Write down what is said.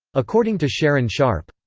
according to sharon sharp.